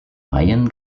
mayen